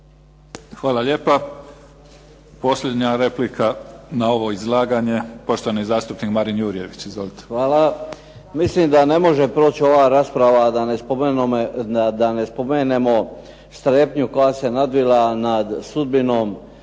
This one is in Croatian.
Hvala lijepa. Posljednja replika na ovo izlaganje, poštovani zastupnik Marin Jurjević. Izvolite. **Jurjević, Marin (SDP)** Hvala. Mislim da ne može proći ova rasprava da ne spomenemo strepnju koja se nadvila nad sudbinom